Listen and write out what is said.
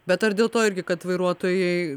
bet ar dėl to irgi kad vairuotojai